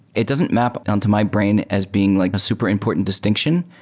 it doesn't map on to my brain as being like a super important distinction.